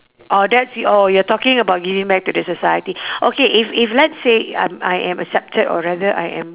orh that's orh you're talking about giving back to the society okay if if let's say I'm I am accepted or rather I am